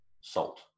salt